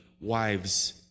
wives